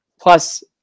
Plus